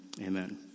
Amen